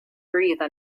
breathe